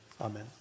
Amen